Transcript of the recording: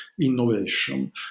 innovation